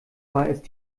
ist